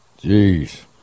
Jeez